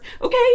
Okay